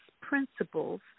principles